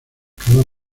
cada